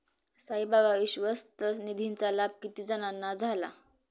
साईबाबा विश्वस्त निधीचा लाभ किती जणांना झाला?